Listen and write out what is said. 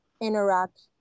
interact